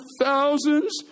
thousands